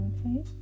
Okay